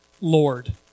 Lord